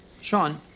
Sean